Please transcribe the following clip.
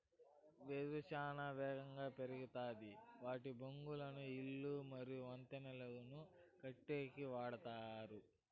వెదురు చానా ఏగంగా పెరుగుతాది వాటి బొంగులను ఇల్లు మరియు వంతెనలను కట్టేకి వాడతారు